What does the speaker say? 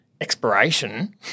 expiration